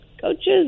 coaches